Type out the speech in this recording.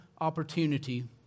opportunity